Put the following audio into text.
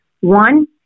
One